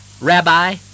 Rabbi